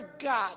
God